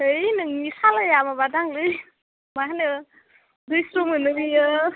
है नोंनि सलाया माबादांलै माहोनो दैस्रु मोनो बियो